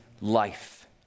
life